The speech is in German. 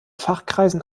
fachkreisen